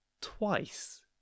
twice